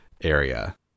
area